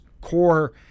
core